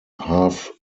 half